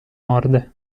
morde